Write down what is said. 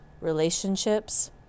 relationships